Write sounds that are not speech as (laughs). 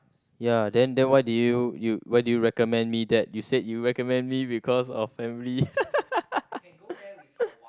ya then then why did you you why do you recommend me that you said you recommend me because of family (laughs)